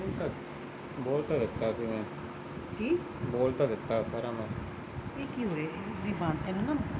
ਬੋਲ ਤਾਂ ਦਿੱਤਾ ਸਿਗਾ ਜੀ ਬੋਲ ਤਾਂ ਦਿੱਤਾ ਸਾਰਾ ਮੈਂ